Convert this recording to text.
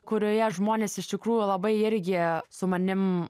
kurioje žmonės iš tikrųjų labai irgi su manim